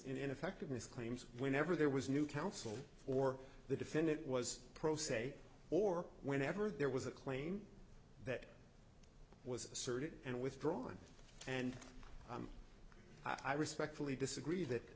ineffectiveness claims whenever there was new counsel or the defendant was pro se or whenever there was a claim that was asserted and withdrawn and i respectfully disagree that